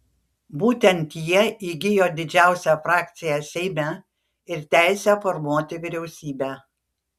būtent jie įgijo didžiausią frakciją seime ir teisę formuoti vyriausybę